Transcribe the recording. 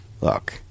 look